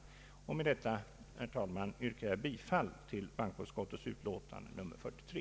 Med detta, herr talman, yrkar jag bifall till bankoutskottets utlåtande nr 43.